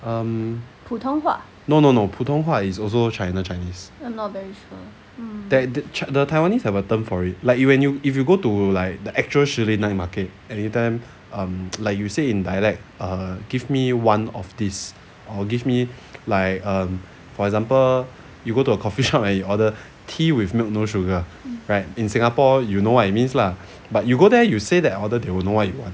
um no no no 普通话 is also china chinese that the taiwanese have a term for it like you when you if you go to like the actual 士林 night market anytime um like you say in dialect err give me one of this or give me like um for example you go to a coffeeshop then you order tea with milk no sugar right in singapore you know what it means lah but you go there you say that order they will know what you want